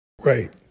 right